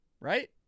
Right